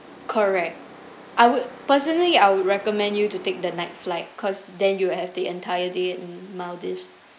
correct I would personally I would recommend you to take the night flight cause then you have the entire day in maldives